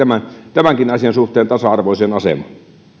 tämänkin asian suhteen tasa arvoiseen asemaan